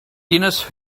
denise